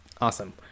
Awesome